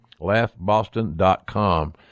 LaughBoston.com